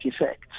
effects